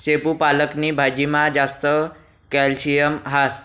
शेपू पालक नी भाजीमा जास्त कॅल्शियम हास